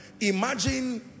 Imagine